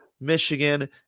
Michigan